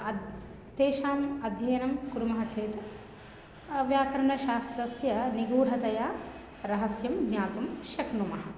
अतः तेषाम् अध्ययनं कुर्मः चेत् व्याकरणशास्त्रस्य निगूढतया रहस्यं ज्ञातुं शक्नुमः